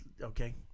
okay